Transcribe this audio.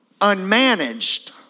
unmanaged